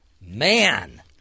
Man